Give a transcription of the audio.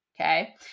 Okay